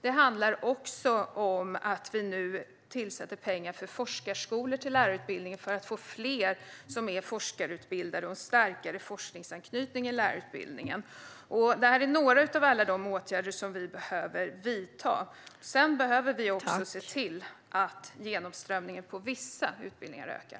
Det handlar också om att vi nu tillsätter pengar för forskarskolor till lärarutbildningen för att få fler som är forskarutbildade och en starkare forskningsanknytning i lärarutbildningen. Detta är några av alla de åtgärder som vi behöver vidta. Sedan behöver vi också se till att genomströmningen på vissa utbildningar ökar.